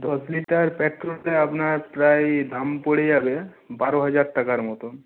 দশ litre petrol প্রায় আপনার প্রায় দাম পড়ে যাবে বারো হাজার টাকার মতন